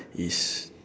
is